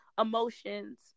emotions